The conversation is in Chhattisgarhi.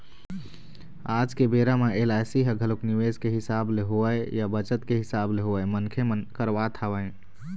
आज के बेरा म एल.आई.सी ह घलोक निवेस के हिसाब ले होवय या बचत के हिसाब ले होवय मनखे मन करवात हवँय